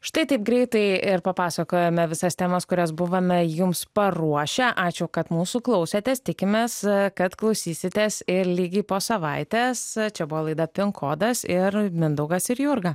štai taip greitai ir papasakojome visas temas kurias buvome jums paruošę ačiū kad mūsų klausėtės tikimės kad klausysitės ir lygiai po savaitės čia buvo laida pin kodas ir mindaugas ir jurga